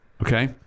Okay